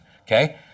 okay